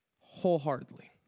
wholeheartedly